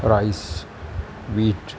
rice wheat